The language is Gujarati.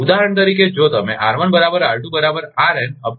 ઉદાહરણ તરીકે જો તમે R1 R2